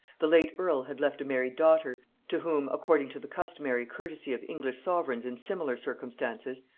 the late earl had left a married daughter, to whom, according to the customary courtesy of english sovereigns in similar circumstances,